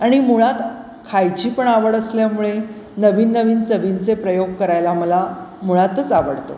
आणि मुळात खायची पण आवड असल्यामुळे नवीन नवीन चवींचे प्रयोग करायला मला मुळातच आवडतो